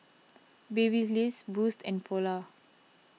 Babyliss Boost and Polar